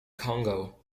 congo